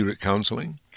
counseling